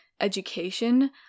education